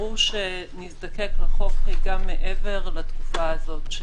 ברור שנזדקק לחוק גם מעבר לתקופה הזאת,